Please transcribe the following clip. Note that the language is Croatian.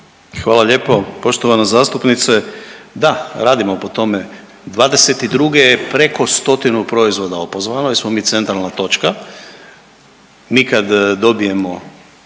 Hvala lijepo. Poštovana zastupnice, da radimo po tome. '22. je preko stotinu proizvoda opozvano jer smo mi centralna točka. Mi kad dobijemo